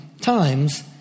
times